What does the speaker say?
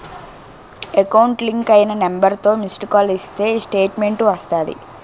account link అయిన నెంబర్తో missed call ఇస్తే స్టేట్మెంటు వస్తాది